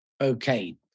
Okay